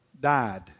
died